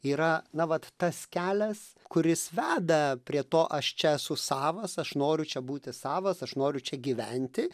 yra na vat tas kelias kuris veda prie to aš čia esu savas aš noriu čia būti savas aš noriu čia gyventi